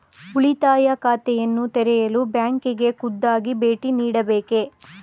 ಉಳಿತಾಯ ಖಾತೆಯನ್ನು ತೆರೆಯಲು ಬ್ಯಾಂಕಿಗೆ ಖುದ್ದಾಗಿ ಭೇಟಿ ನೀಡಬೇಕೇ?